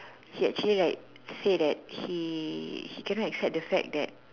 he actually like said that he he can not accept the fact that